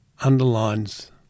underlines